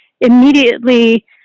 immediately